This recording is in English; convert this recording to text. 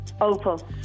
Opal